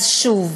אז שוב,